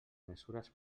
mesures